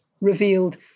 revealed